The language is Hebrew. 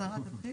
השרה תתחיל.